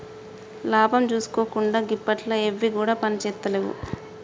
లాభం జూసుకోకుండ గిప్పట్ల ఎవ్విగుడ పనిజేత్తలేవు